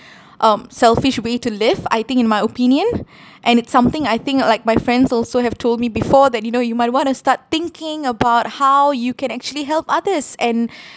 um selfish way to live I think in my opinion and it's something I think like my friends also have told me before that you know you might want to start thinking about how you can actually help others and